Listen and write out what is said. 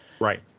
Right